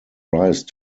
rise